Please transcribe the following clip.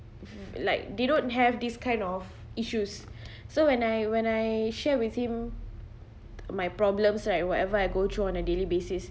like they don't have this kind of issues so when I when I share with him my problem so like whatever I go through on the daily basis